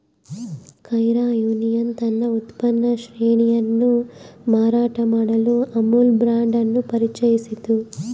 Kaira union ತನ್ನ ಉತ್ಪನ್ನ ಶ್ರೇಣಿಯನ್ನು ಮಾರಾಟ ಮಾಡಲು ಅಮುಲ್ ಬ್ರಾಂಡ್ ಅನ್ನು ಪರಿಚಯಿಸಿತು